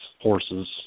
horses